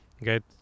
get